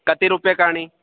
कति रुप्यकाणि